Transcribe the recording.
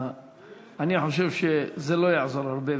אני חושב שזה לא יעזור הרבה,